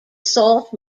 salt